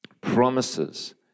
promises